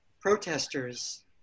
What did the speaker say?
protesters